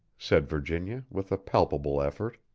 said virginia, with a palpable effort.